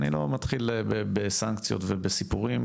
אני לא מתחיל בסנקציות ובסיפורים,